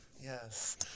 Yes